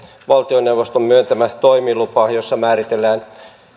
valtioneuvoston myöntämä toimilupa jossa määritellään